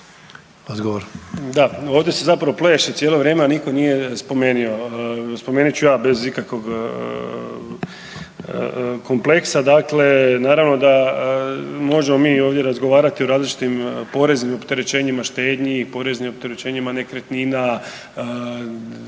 Da, ovdje se zapravo pleše cijelo vrijeme, a niko nije spomenuo, spomenut ću ja bez ikakvog kompleksa. Naravno da možemo mi ovdje razgovarati o različitim poreznim opterećenjima, štednji i poreznim opterećenjima nekretnina odnosno